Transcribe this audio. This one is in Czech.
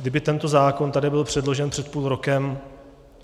Kdyby tento zákon tady byl předložen před půl rokem,